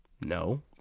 no